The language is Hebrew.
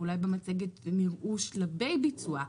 ואולי במצגת נראו שלבי ביצוע,